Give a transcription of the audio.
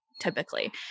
typically